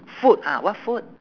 food ah what food